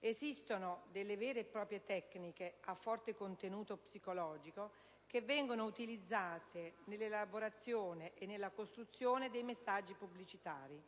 Esistono delle vere e proprie tecniche a forte contenuto psicologico che vengono utilizzate nell'elaborazione e nella costruzione dei messaggi pubblicitari.